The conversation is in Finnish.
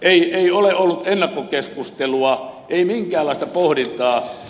ei ole ollut ennakkokeskustelua ei minkäänlaista pohdintaa